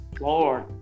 Lord